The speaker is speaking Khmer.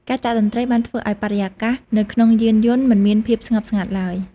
ការចាក់តន្ត្រីបានធ្វើឱ្យបរិយាកាសនៅក្នុងយានយន្តមិនមានភាពស្ងប់ស្ងាត់ឡើយ។